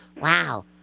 Wow